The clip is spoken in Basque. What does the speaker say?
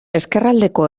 ezkerraldeko